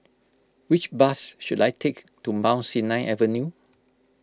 which bus should I take to Mount Sinai Avenue